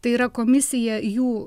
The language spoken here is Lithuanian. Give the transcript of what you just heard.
tai yra komisija jų